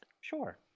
sure